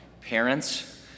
parents